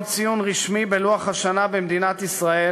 ציון רשמי בלוח השנה במדינת ישראל,